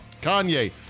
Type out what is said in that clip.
Kanye